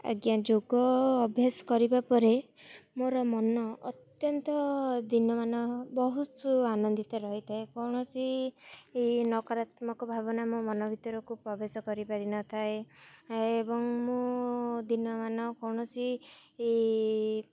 ଆଜ୍ଞା ଯୋଗ ଅଭ୍ୟାସ କରିବା ପରେ ମୋର ମନ ଅତ୍ୟନ୍ତ ଦିନମାନ ବହୁତ ଆନନ୍ଦିତ ରହିଥାଏ କୌଣସି ଏ ନକାରାତ୍ମକ ଭାବନା ମୋ ମନ ଭିତରକୁ ପ୍ରବେଶ କରିପାରିନଥାଏ ଏବଂ ମୁଁ ଦିନମାନ କୌଣସି ଇ